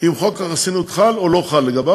אם חוק החסינות חל או לא חל לגביו,